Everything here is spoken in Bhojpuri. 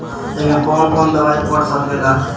ए में कौन कौन दवाई पढ़ सके ला?